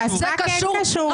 זה כן קשור.